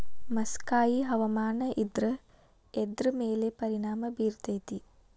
ಮಸಕಾಗಿ ಹವಾಮಾನ ಇದ್ರ ಎದ್ರ ಮೇಲೆ ಪರಿಣಾಮ ಬಿರತೇತಿ?